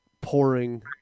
pouring